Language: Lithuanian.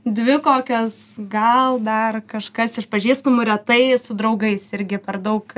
dvi kokios gal dar kažkas iš pažįstamų retai su draugais irgi per daug